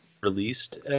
released